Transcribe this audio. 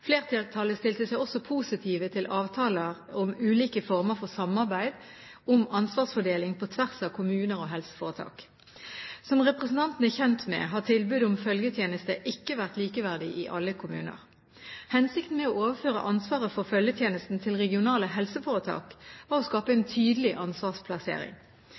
Flertallet stilte seg også positivt til avtaler om ulike former for samarbeid om ansvarsfordeling på tvers av kommuner og helseforetak. Som representanten er kjent med, har tilbudet om følgetjeneste ikke vært likeverdig i alle kommuner. Hensikten med å overføre ansvaret for følgetjenesten til regionale helseforetak var å skape en tydelig ansvarsplassering.